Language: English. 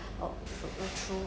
oh (uh huh) true